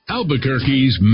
Albuquerque's